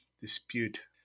dispute